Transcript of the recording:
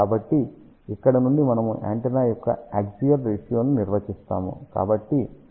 కాబట్టి ఇక్కడ నుండి మనము యాంటెన్నా యొక్క యాక్సియల్ రేషియో ని నిర్వచిస్తాము